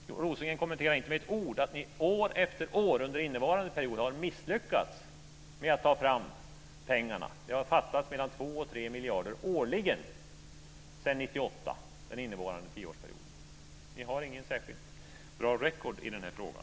Björn Rosengren kommenterar inte med ett ord att man år efter år under innevarande period har misslyckats med att ta fram pengarna. Det har fattats mellan 2 och 3 miljarder årligen sedan 1998. Ni har ingen särskilt bra record i den här frågan.